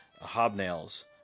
hobnails